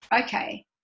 okay